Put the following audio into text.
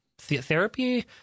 Therapy